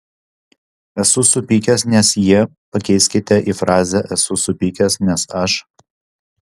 esu supykęs nes jie pakeiskite į frazę esu supykęs nes aš